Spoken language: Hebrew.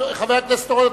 חבר הכנסת אורון,